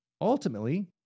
ultimately